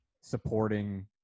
supporting